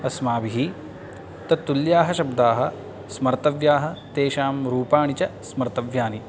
अस्माभिः तत् तुल्याः शब्दाः स्मर्तव्याः तेषां रूपाणि च स्मर्तव्यानि